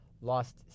lost